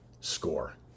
score